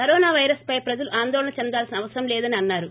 corona వైరస్పై ప్రజలు ఆందోళన చెందాల్పిన అవసరం లేదని అన్నారు